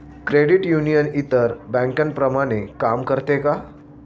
Credit union इतर बँकांप्रमाणे काम करते का?